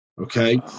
okay